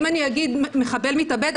אם אני אגיד מחבל מתאבד,